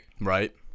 Right